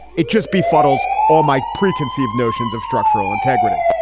it just befuddles all my preconceived notions of structural integrity.